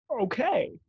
Okay